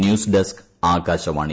news desk Akashvani